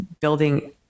building